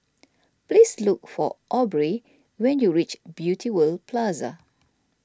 please look for Aubrie when you reach Beauty World Plaza